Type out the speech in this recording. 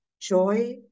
joy